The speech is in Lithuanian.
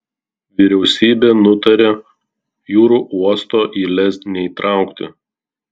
vyriausybė nutarė jūrų uosto į lez neįtraukti